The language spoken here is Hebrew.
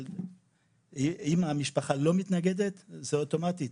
אבל אם המשפחה לא מתנגדת שזה יהיה אוטומטית,